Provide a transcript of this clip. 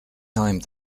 time